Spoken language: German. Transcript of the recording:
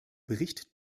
bericht